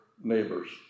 neighbors